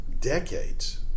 decades